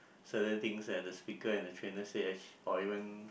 certain things that the speaker and the trainer said actu~ or even